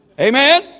Amen